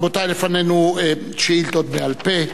רבותי, לפנינו שאילתות בעל-פה,